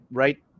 right